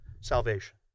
salvation